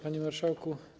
Panie Marszałku!